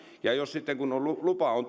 ja jos sitten tutkimuslupa on